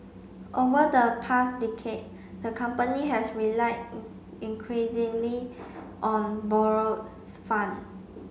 over the past decade the company has relied in increasingly on borrowed fund